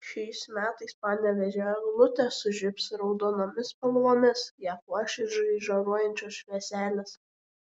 šiais metais panevėžio eglutė sužibs raudonomis spalvomis ją puoš ir žaižaruojančios švieselės